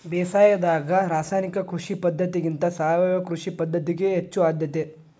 ಬೇಸಾಯದಾಗ ರಾಸಾಯನಿಕ ಕೃಷಿ ಪದ್ಧತಿಗಿಂತ ಸಾವಯವ ಕೃಷಿ ಪದ್ಧತಿಗೆ ಹೆಚ್ಚು ಆದ್ಯತೆ